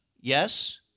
yes